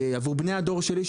עבור בני הדור שלי,